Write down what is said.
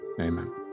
Amen